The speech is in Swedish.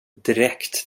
direkt